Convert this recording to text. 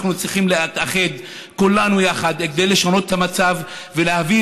אנחנו צריכים להתאחד כולנו יחד כדי לשנות את המצב ולהביא